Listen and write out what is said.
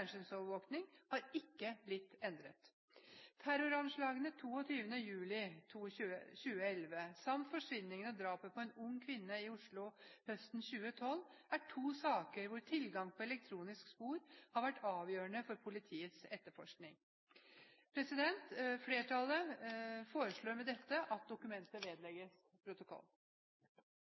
– har ikke blitt endret. Terroranslagene 22. juli 2011 samt forsvinningen og drapet på en ung kvinne i Oslo høsten 2012 er to saker hvor tilgang på elektroniske spor har vært avgjørende for politiets etterforskning. Flertallet foreslår med dette at dokumentet vedlegges protokollen.